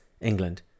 England